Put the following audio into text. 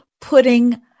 putting